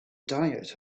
diet